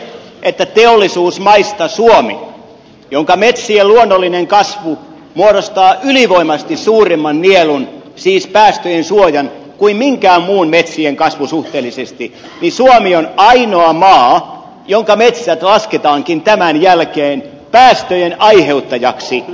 mutta se että teollisuusmaista suomi jonka metsien luonnollinen kasvu muodostaa ylivoimaisesti suuremman nielun siis päästöjen suojan kuin minkään muun metsien kasvu suhteellisesti on ainoa maa jonka metsät lasketaankin tämän jälkeen päästöjen aiheuttajaksi